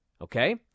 Okay